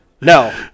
No